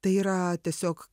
tai yra tiesiog